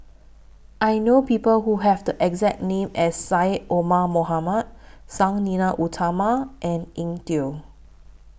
I know People Who Have The exact name as Syed Omar Mohamed Sang Nila Utama and Eng Tow